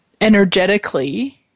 energetically